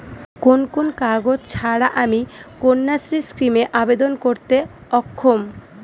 কোন কোন কাগজ ছাড়া আমি কন্যাশ্রী স্কিমে আবেদন করতে অক্ষম?